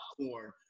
popcorn